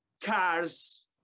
cars